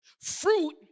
fruit